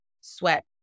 sweat